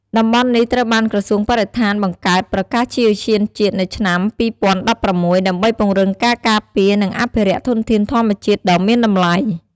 តំបន់នេះត្រូវបានក្រសួងបរិស្ថានបង្កើតប្រកាសជាឧទ្យានជាតិនៅឆ្នាំ ២០១៦ ដើម្បីពង្រឹងការការពារ និងអភិរក្សធនធានធម្មជាតិដ៏មានតម្លៃ។